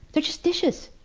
they're just dishes.